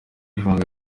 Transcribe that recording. ibanga